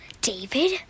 David